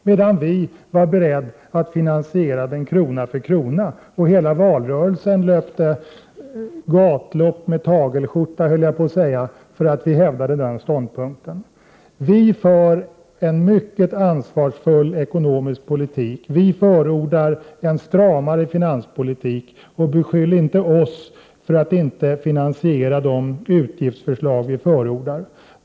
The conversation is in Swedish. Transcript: Vi däremot var beredda att finansiera den krona för krona. Hela valrörelsen löpte gatlopp med tagelskjorta — höll jag på att säga = Prot. 1988/89:59 för att vi hävdade denna ståndpunkt. 1 februari 1989 Vi för en mycket ansvarsfull ekonomisk politik och förordar en stramare finanspolitik. Beskyll inte oss för att inte finansiera de utgiftsförslag som vi förordar!